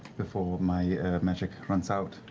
before my magic runs out.